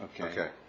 Okay